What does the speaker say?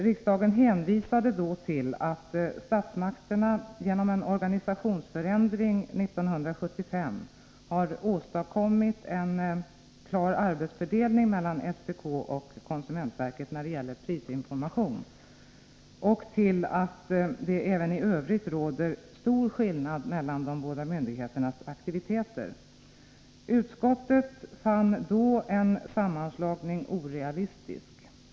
Riksdagen hänvisade då till att statsmakterna genom en organisationsförändring 1975 har åstadkommit en klar arbetsfördelning mellan SPK och konsumentverket när det gäller prisinformation och till att det även i övrigt råder stor skillnad mellan de båda myndigheternas aktiviteter. Utskottet fann då en sammanslagning orealistisk.